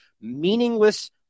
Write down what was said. meaningless